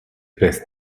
best